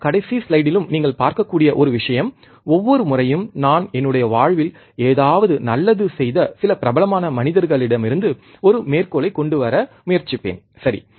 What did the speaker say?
இந்தக் கடைசி ஸ்லைடிலும் நீங்கள் பார்க்கக்கூடிய ஒரு விஷயம் ஒவ்வொரு முறையும் நான் என்னுடைய வாழ்வில் ஏதாவது நல்லது செய்த சில பிரபலமான மனிதர்களிடமிருந்து ஒரு மேற்கோளைக் கொண்டுவர முயற்சிப்பேன் சரி